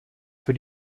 für